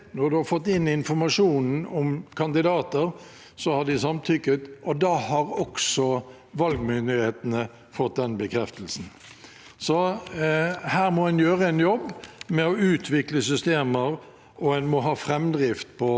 Her må en gjøre en jobb med å utvikle systemer, og en må ha framdrift på alle disse tingene og gjerne sette det sammen med bestillingen fra regjeringen om å få mer grunnlag for valgresultatet